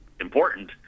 important